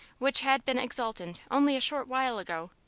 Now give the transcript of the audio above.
which had been exultant only a short while ago,